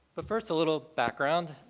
but first a little background.